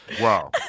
Wow